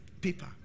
paper